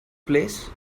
place